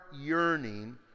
yearning